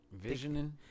Visioning